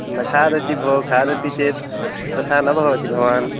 न खादति भोः खादति चेत् तथा न भवति भवान्